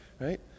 right